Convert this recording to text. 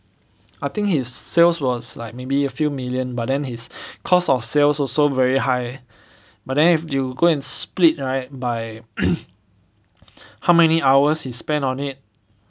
I think his sales was like maybe a few million but then his cost of sales also very high but then if you go and split right by how many hours he spent on it